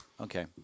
Okay